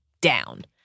down